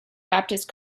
baptist